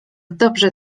dobrze